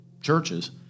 churches